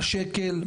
נניח 100 שקל,